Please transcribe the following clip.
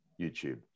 YouTube